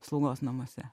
slaugos namuose